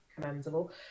commendable